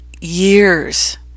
years